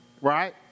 Right